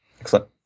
Excellent